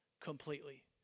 completely